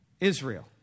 Israel